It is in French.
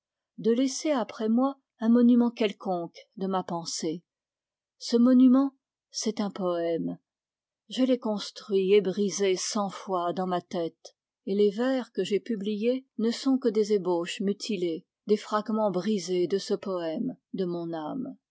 de laisser après moi un monument quelconque de ma pensée ce monument c'est un poème je l'ai construit et brisé cent fois dans ma tête et les vers que j'ai publiés ne sont que des ébauches mutilées des fragmens brisés de ce poème de mon ame